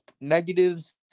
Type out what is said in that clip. negatives